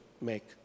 make